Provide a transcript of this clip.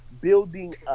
building